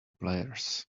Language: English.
players